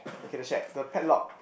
okay the shed the padlock